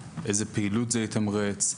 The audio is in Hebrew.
איזה פעילות זה יתמרץ,